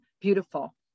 beautiful